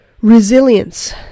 Resilience